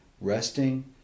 Resting